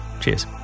Cheers